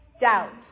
doubt